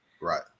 Right